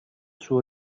suo